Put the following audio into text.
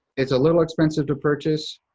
it's a little expensive to purchase,